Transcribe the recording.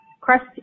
crust